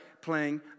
playing